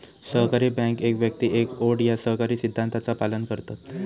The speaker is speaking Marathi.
सहकारी बँका एक व्यक्ती एक वोट या सहकारी सिद्धांताचा पालन करतत